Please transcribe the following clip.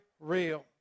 real